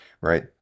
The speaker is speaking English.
Right